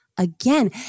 Again